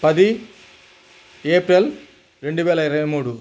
పది ఏప్రిల్ రెండువేల ఇరవైమూడు